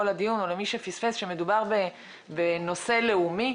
הדיון או למי שפספס שמדובר בנושא לאומי.